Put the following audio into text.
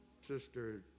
Sister